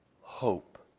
Hope